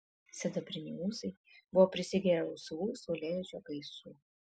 sidabriniai ūsai buvo prisigėrę rausvų saulėlydžio gaisų